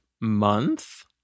month